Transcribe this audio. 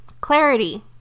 clarity